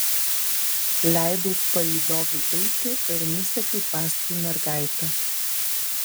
leidau palydovui eiti ir nusekiau paskui mergaitę